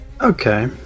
Okay